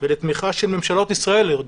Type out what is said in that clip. ולתמיכה של ממשלות ישראל לדורותיהם.